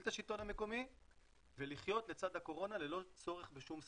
את השלטון המקומי ולחיות לצד הקורונה ללא צורך בשום סגר.